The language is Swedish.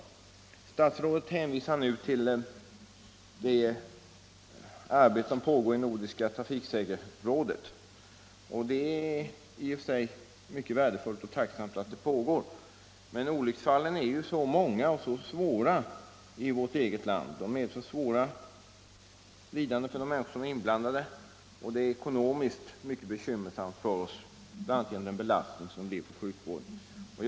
Herr statsrådet hänvisar nu till det arbete som pågår i Nordiskt trafiksäkerhetsråd, och det är i och för sig mycket värdefullt, och det är tacksamt att det pågår. Men olycksfallen är många och svåra i vårt eget land och medför stora lidanden för de människor som är inblandade, och dessutom är olyckorna ekonomiskt mycket bekymmersamma för oss, bl.a. på grund av den belastning som sjukvården utsätts för.